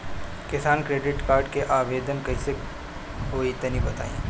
किसान credit card के आवेदन कईसे होई तनि बताई?